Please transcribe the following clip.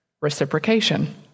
reciprocation